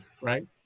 right